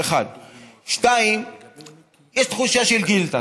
1. 2. יש תחושה של גילדה.